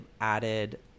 added